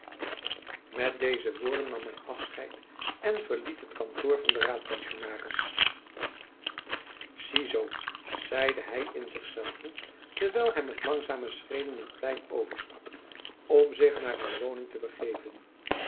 met deze woorden nam hy zijn afscheid en verliet het kantoor van den raadpensionaris zie zoo zeide hy in zich zelven terwijl hy met langzame schreden het plein overstak om zich naar zijn woning te begeven